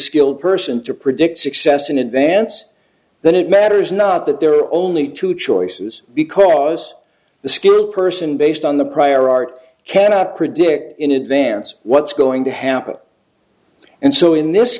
skilled person to predict success in advance then it matters not that there are only two choices because the skilled person based on the prior art cannot predict in advance what's going to happen and so in this